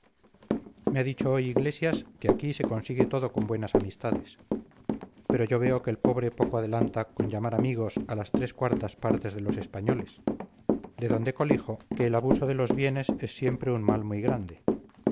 me ha dicho hoy iglesias que aquí se consigue todo con buenas amistades pero yo veo que el pobre poco adelanta con llamar amigos a las tres cuartas partes de los españoles de donde colijo que el abuso de los bienes es siempre un mal muy grande